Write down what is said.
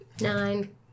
Nine